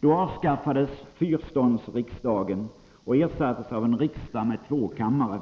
Då avskaffades fyrståndsriksdagen och den ersattes av en riksdag med två kammare.